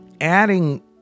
adding